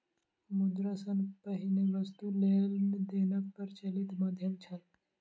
मुद्रा सॅ पहिने वस्तु लेन देनक प्रचलित माध्यम छल